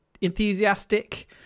enthusiastic